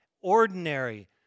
ordinary